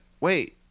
wait